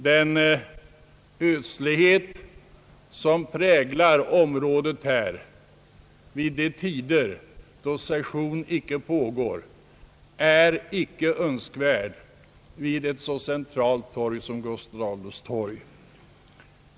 Den ödslighet som präglar området här vid de tider då session icke pågår är icke önskvärd vid ett så centralt torg som Gustav Adolfs torg.